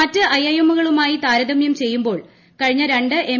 മറ്റ് ഐഐമ്മുകളുമായി താരതമൃം ചെയ്യുമ്പ്യൂൾ ്കഴിഞ്ഞ രണ്ട് എം